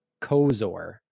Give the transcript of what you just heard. Kozor